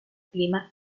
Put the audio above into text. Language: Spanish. clima